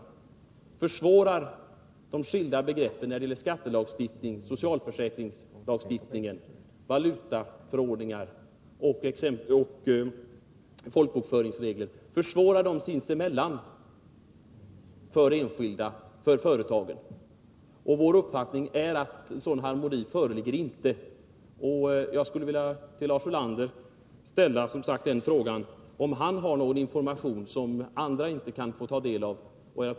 Är det så att de skilda begreppen när det gäller skattelagstiftning, socialförsäkringslagstiftning, valutaförordningar och folkbokföringsregler verkar försvårande sinsemellan för enskilda och företag? Vår uppfattning är att det inte föreligger harmoni dem emellan. Jag vill fråga Lars Ulander om han har någon information som andra inte kunnat ta del av.